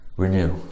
renew